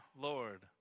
Lord